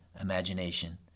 imagination